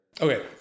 Okay